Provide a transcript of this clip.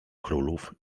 królów